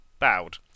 bowed